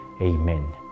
Amen